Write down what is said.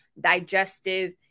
digestive